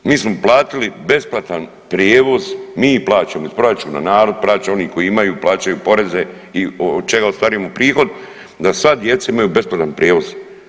Mi smo platili besplatan prijevoz, mi plaćamo iz proračuna, narod plaća, oni koji imaju, plaćaju poreze i od čega ostvarujemo prihod da sva djeca imaju besplatan prijevoz.